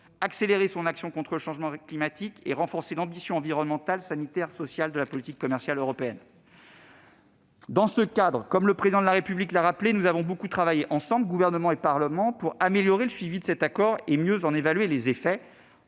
accélérer son action contre le changement climatique ; renforcer l'ambition environnementale, sanitaire, sociale de la politique commerciale européenne. Dans ce cadre, comme le Président de la République l'a rappelé, nous avons beaucoup travaillé ensemble- Gouvernement et Parlement -pour améliorer le suivi de cet accord et en évaluer mieux les effets.